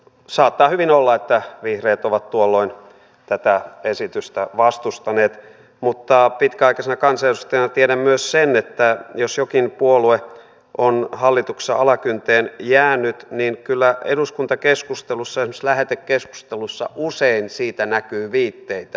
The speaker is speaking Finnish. saattaa hyvin olla että vihreät ovat tuolloin tätä esitystä vastustaneet mutta pitkäaikaisena kansanedustajana tiedän myös sen että jos jokin puolue on hallituksessa alakynteen jäänyt niin kyllä eduskuntakeskustelussa esimerkiksi lähetekeskustelussa usein siitä näkyy viitteitä